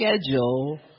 schedule